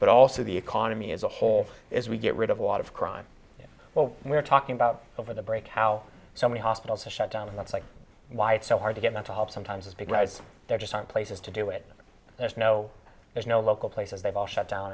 but also the economy as a whole as we get rid of a lot of crime well we're talking about over the break how so many hospitals are shut down and that's why it's so hard to get them to help sometimes as as big just aren't places to do it there's no there's no local places they've all shut down